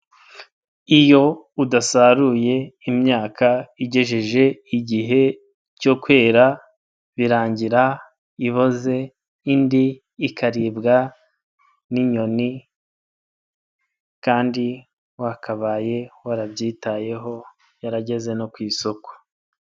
Iyo udasaruye imyaka igejeje igihe cyo kwera birangira iboze indi ikaribwa n'inyoni kandi wakabaye warabyitayeho yarageze no ku isoko.